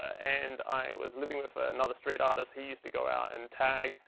and i was living with another street artist. he used to go out and tag.